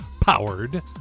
powered